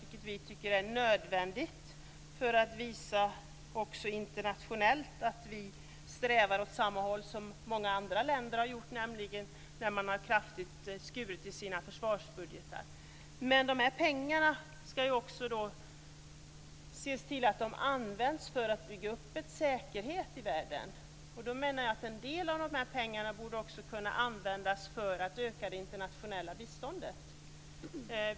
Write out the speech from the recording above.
Det tycker vi är nödvändigt för att visa också internationellt att vi strävar åt samma håll som många andra länder, nämligen att kraftigt skära i försvarsbudgeten. Men pengarna skall användas för att bygga upp en säkerhet i världen. En del av de här pengarna borde kunna användas för att öka det internationella biståndet.